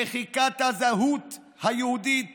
מחיקת הזהות היהודית